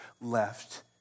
left